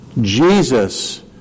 Jesus